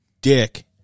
dick